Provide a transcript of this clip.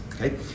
Okay